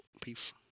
Peace